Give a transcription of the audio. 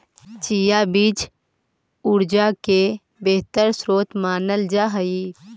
chia बीज ऊर्जा के बेहतर स्रोत मानल जा हई